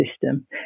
system